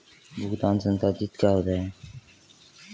भुगतान संसाधित क्या होता है?